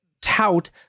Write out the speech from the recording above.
tout